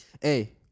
Hey